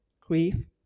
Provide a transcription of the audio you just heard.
grief